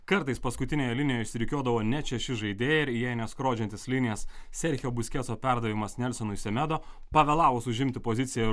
kartais paskutinėje linijoje išsirikiuodavo net šeši žaidėjai ir jei ne skrodžiantis linijas sergio busketso perdavimas nelsonui semedo pavėlavus užimti poziciją